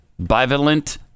bivalent